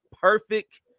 perfect